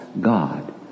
God